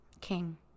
king